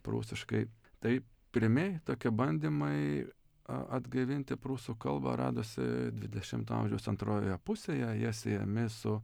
prūsiškai tai pirmi tokie bandymai a atgaivinti prūsų kalbą radosi dvidešimto amžiaus antrojoje pusėje jie siejami su